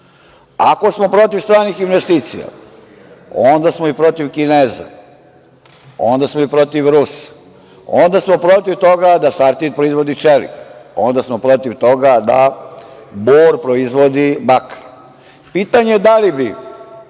smo protiv stranih investicija, onda smo i protiv Kineza, onda smo i protiv Rusa, onda smo i protiv toga da „Sartid“ proizvodi čelik, onda smo protiv toga da „Bor“ proizvodi bakar. Pitanje je da li bi